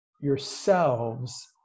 yourselves